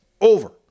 over